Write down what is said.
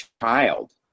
child